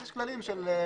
יש כללים.